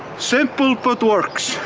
simple, but works,